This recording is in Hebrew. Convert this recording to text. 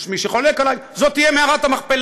יש מי שחולק עלי, זו תהיה מערת המכפלה.